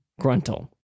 Gruntle